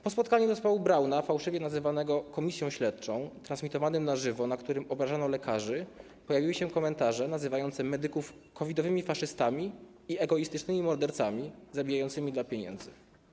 Po spotkaniu zespołu Brauna, fałszywie nazywanego komisją śledczą, transmitowanym na żywo, na którym obrażano lekarzy, pojawiły się komentarze nazywające medyków COVID-owymi faszystami i egoistycznymi mordercami zabijającymi dla pieniędzy.